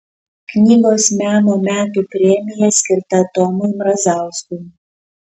knygos meno metų premija skirta tomui mrazauskui